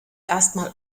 erstmal